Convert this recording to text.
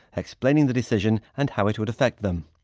explaining the decision and how it would affect them.